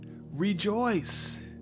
rejoice